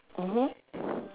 mmhmm